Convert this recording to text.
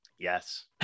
yes